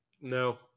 No